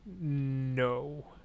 no